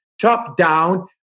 top-down